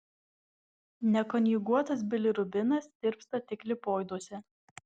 nekonjuguotas bilirubinas tirpsta tik lipoiduose